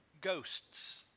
Ghosts